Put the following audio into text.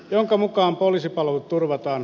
jonka mukaan poliisipalvelut turvataan